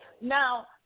Now